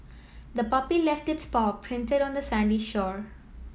the puppy left its paw printed on the sandy shore